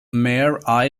mare